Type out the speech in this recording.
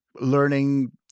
Learning